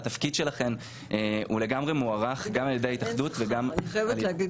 והתפקיד שלכן מוערך גם על-ידי ההתאחדות -- אני חייבת להגיד